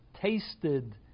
tasted